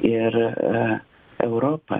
ir europą